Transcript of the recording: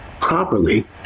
properly